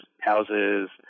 houses